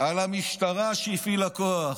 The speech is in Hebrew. על המשטרה שהפעילה כוח.